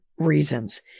reasons